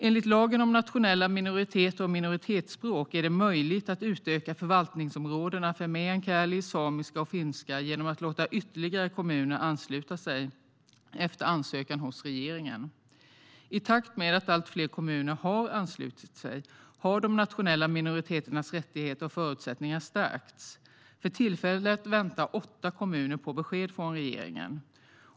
Enligt lagen om nationella minoriteter och minoritetsspråk är det möjligt att utöka förvaltningsområdena för meänkieli, samiska och finska genom att låta ytterligare kommuner ansluta sig efter ansökan hos regeringen. I takt med att allt fler kommuner har anslutits har de nationella minoriteternas rättigheter och förutsättningar stärkts. För tillfället väntar åtta kommuner på besked från regeringen.